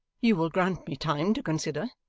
you will grant me time to consider?